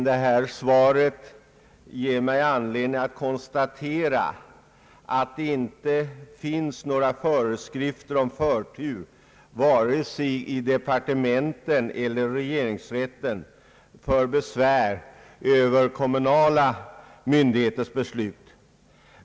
Svaret ger mig emellertid anledning konstatera att det inte finns några föreskrifter om förtur vare sig i departementen eller i regeringsrätten för besvär över kommunala myndigheters beslut.